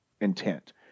intent